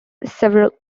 several